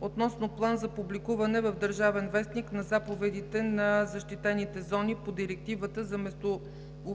относно план за публикуване в „Държавен вестник” на заповедите на защитените зони по Директивата за местообитанията